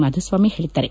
ಮಾಧುಸ್ವಾಮಿ ಹೇಳಿದ್ದಾರೆ